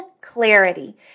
clarity